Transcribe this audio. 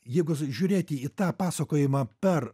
jeigu žiūrėti į tą pasakojimą per